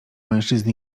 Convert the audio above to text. mężczyzn